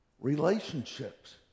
Relationships